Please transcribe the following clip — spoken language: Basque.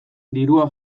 dirua